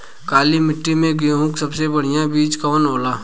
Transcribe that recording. काली मिट्टी में गेहूँक सबसे बढ़िया बीज कवन होला?